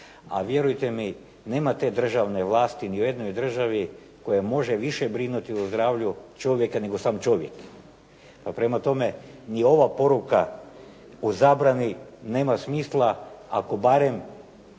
A vjerujte mi, nema te državne vlasti ni u jednoj državi koja može više brinuti o zdravlju čovjeka nego sam čovjek. Pa prema tome, ni ova poruka o zabrani nema smisla ako barem